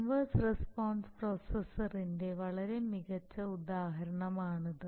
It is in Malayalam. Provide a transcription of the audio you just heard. ഇൻവർസ് റസ്പോൺസ് പ്രോസസറിന്റെ വളരെ മികച്ച ഉദാഹരണമാണിത്